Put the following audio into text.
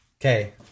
Okay